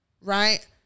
right